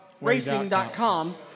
Racing.com